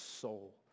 soul